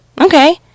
Okay